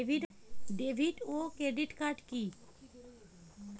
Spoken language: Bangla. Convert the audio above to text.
ডেভিড ও ক্রেডিট কার্ড কি?